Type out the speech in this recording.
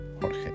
Jorge